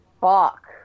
fuck